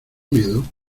miedo